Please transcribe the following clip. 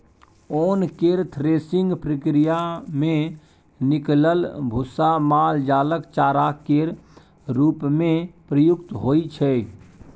ओन केर थ्रेसिंग प्रक्रिया मे निकलल भुस्सा माल जालक चारा केर रूप मे प्रयुक्त होइ छै